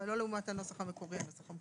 לא לעומת הנוסח המקורי.